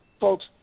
Folks